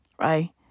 Right